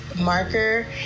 marker